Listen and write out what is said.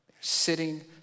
sitting